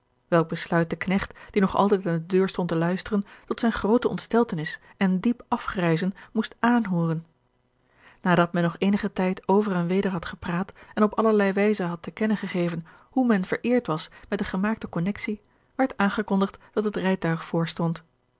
besluit de knecht die nog altijd aan de deur stond te luisteren tot zijne groote ontsteltenis en diep afgrijzen moest aanhooren nadat men nog eenigen tijd over en weder had gepraat en op allerlei wijze had te kennen gegeven hoe men vereerd was met de gemaakte connectie werd aangekondigd dat het rijtuig